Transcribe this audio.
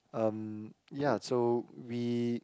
um ya so we